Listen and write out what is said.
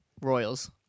Royals